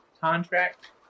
contract